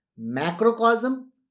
macrocosm